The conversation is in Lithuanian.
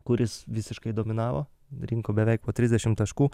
kuris visiškai dominavo rinko beveik po trisdešimt taškų